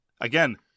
again